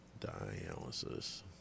dialysis